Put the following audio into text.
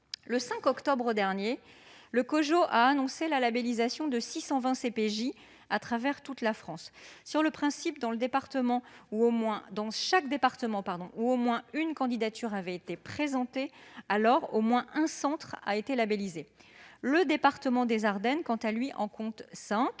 Le 5 octobre 2020, le COJO a annoncé la labellisation de 620 CPJ à travers toute la France. Dans chaque département où au moins une candidature avait été présentée, au moins un centre a été labellisé. Le département des Ardennes, quant à lui, en compte cinq